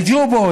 על ג'ובות,